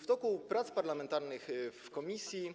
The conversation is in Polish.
W toku prac parlamentarnych w komisji